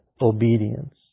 obedience